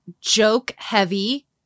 joke-heavy